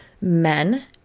Men